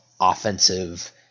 offensive